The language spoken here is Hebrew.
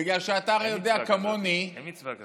בגלל שאתה הרי יודע כמוני, אין מצווה כזאת.